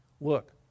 Look